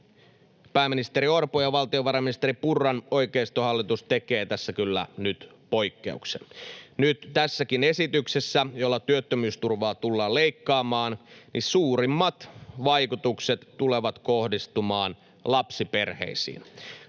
pääministeri Orpon ja valtiovarainministeri Purran oikeistohallitus tekee tässä kyllä poikkeuksen. Nyt tässäkin esityksessä, jolla työttömyysturvaa tullaan leikkaamaan, suurimmat vaikutukset tulevat kohdistumaan lapsiperheisiin.